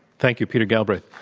thank you, peter galbraith.